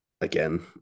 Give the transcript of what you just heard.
again